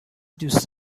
دوست